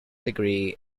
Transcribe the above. degree